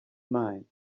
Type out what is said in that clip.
mine